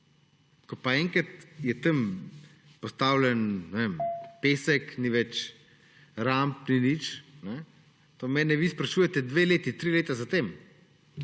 Ko pa je enkrat tam postavljen pesek, ni več ramp, ni nič. To mene vi sprašujete dve leti, tri leta zatem.